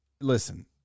Listen